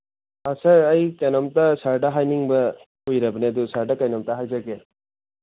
ꯁꯥꯔ ꯑꯩ ꯀꯩꯅꯣꯝꯇ ꯁꯥꯔꯗ ꯍꯥꯏꯅꯤꯡꯕ ꯀꯨꯏꯔꯕꯅꯦ ꯑꯗꯣ ꯁꯥꯔꯗ ꯀꯩꯅꯣꯝꯇ ꯍꯥꯏꯖꯒꯦ